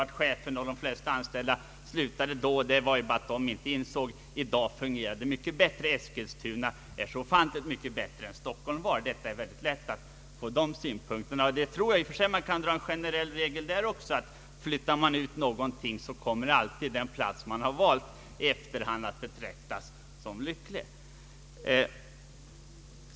Att chefen och de flesta anställda slutade berodde bara på att de inte insåg fördelarna. Eskilstuna är bättre än Stockholm var. Kanske man kan ställa upp en generell regel här också: Flyttar vi ut någonting, kommer alltid den plats man valt att i efterhand betraktas som lycklig.